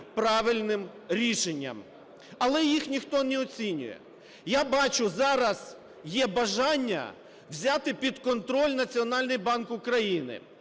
правильним рішенням, але їх ніхто не оцінює. Я бачу, зараз є бажання взяти під контроль Національний банк України